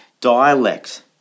dialect